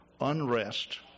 unrest